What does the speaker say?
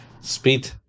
speed